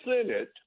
Senate